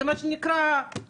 זה מה שנקרא חוכמה בדיעבד.